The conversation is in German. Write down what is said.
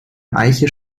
eiche